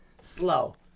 Slow